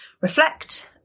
reflect